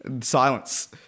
silence